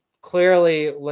Clearly